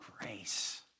grace